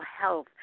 health